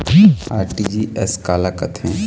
RTGS काला कथें?